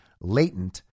latent